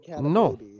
no